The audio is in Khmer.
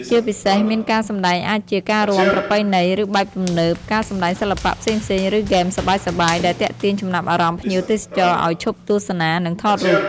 ជាពីសេសមានការសម្ដែងអាចជា ការរាំ ប្រពៃណី ឬបែបទំនើប ការសំដែងសិល្បៈ ផ្សេងៗ ឬ ហ្គេមសប្បាយៗ ដែលទាក់ទាញចំណាប់អារម្មណ៍ភ្ញៀវទេសចរឲ្យឈប់ទស្សនា និងថតរូប។